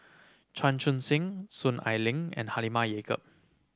Chan Chun Sing Soon Ai Ling and Halimah Yacob